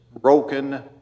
broken